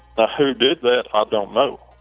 but who did that, i don't know.